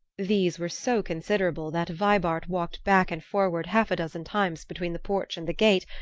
these were so considerable that vibart walked back and forward half a dozen times between the porch and the gate,